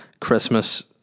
Christmas